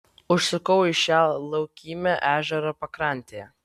užsukau į šią laukymę ežero pakrantėje